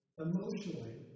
emotionally